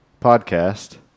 podcast